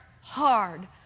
hard